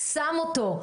שם אותו,